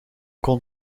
kon